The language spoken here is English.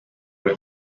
were